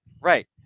Right